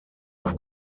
auf